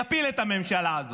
יפיל את הממשלה הזאת,